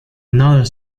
another